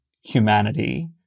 humanity